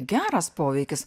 geras poveikis